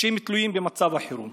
הם תלויים במצב החירום.